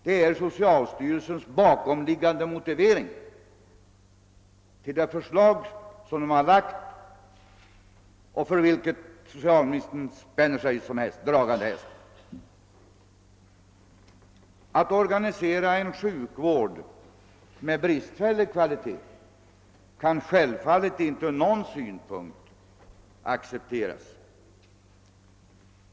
Det är socialstyrelsens bakomliggande motivering till det förslag som den lagt fram och för vilket socialministern spänner sig som draghäst. Att organisera en sjukvård med bristfällig kvalitet kan självfallet inte från någon synpunkt accepteras.